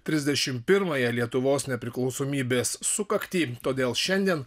trisdešimt pirmąją lietuvos nepriklausomybės sukaktį todėl šiandien